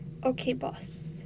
okay boss